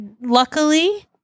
luckily